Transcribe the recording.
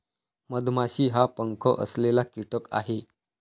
मधमाशी हा पंख असलेला कीटक आहे